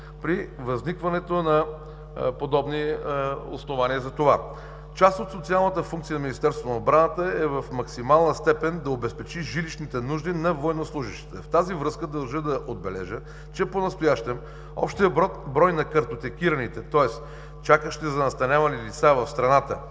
при възникването на подобни основания за това. Част от социалната функция на Министерството на отбраната е в максимална степен да обезпечи жилищните нужди на военнослужещите. В тази връзка държа да отбележа, че понастоящем общият брой на картотекираните, тоест в страната чакащи за настаняване